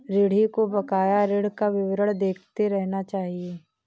ऋणी को बकाया ऋण का विवरण देखते रहना चहिये